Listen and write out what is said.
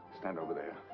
stand over there.